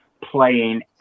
playing